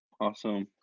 Awesome